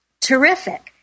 Terrific